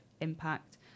impact